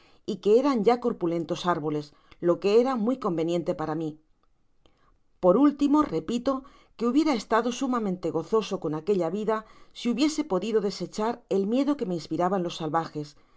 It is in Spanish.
y que eran ya corpulentos arboles lo que era muy conveniente para mi por último repito que hubiera estado sumamente gozoso con aquella vida si hubiese podido desechar el miedo quo me inspiraban los salvajes mas